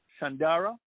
Shandara